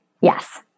Yes